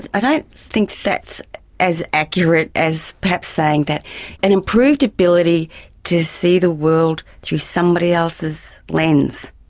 i don't think that's as accurate as perhaps saying that an improved ability to see the world through somebody else's lens.